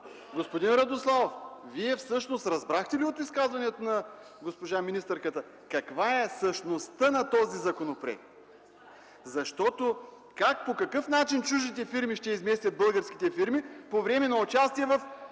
Господин Радославов, Вие всъщност разбрахте ли от изказванията на госпожа министърката каква е същността на този законопроект? Как, по какъв начин чуждите фирми ще изместят българските фирми по време на участие в